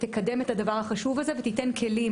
תקדם את הדבר החשוב הזה ותיתן כלים,